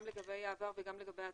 גם לגבי העבר וגם לגבי העתיד,